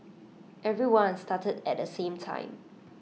everyone started at the same time